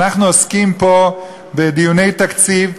אנחנו עוסקים פה בדיוני תקציב.